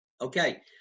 Okay